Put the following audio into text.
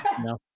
no